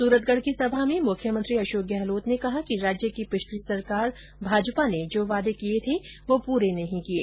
सूरतगढ की सभा में मुख्यमंत्री अशोक गहलोत ने कहा कि राज्य की पिछली सरकार भाजपा ने जो वादे किए थे वो प्रे नहीं किये